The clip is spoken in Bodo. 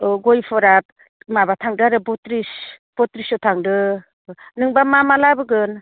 औ गयफोरा माबा थांदो आरो बथ्रिस बथ्रिसस' थांदो नोंबा मा मा लाबोगोन